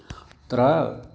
तत्र